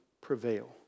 prevail